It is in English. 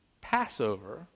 Passover